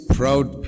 proud